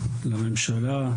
לממשלה,